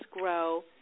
grow